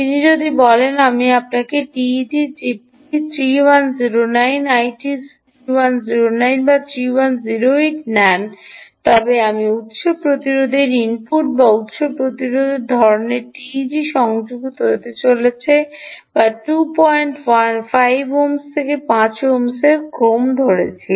তিনি বলেন আপনি যদি আমার টিইজি আমার চিপটি আমার চিপ 3109 আইটিসি 3109 বা 3108 নেন তবে আমি উত্স প্রতিরোধের ইনপুট বা উত্স প্রতিরোধের ধরণের যে টিইজি সংযুক্ত হতে চলেছে বা 25 ওহুম থেকে 5 ওহমের ক্রম ধরেছি